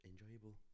enjoyable